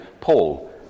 Paul